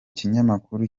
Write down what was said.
kinyamakuru